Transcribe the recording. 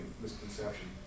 misconception